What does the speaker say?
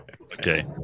Okay